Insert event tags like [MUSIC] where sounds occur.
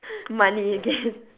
money again [LAUGHS]